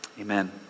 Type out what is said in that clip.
Amen